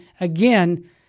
again